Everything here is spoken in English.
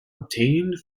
obtained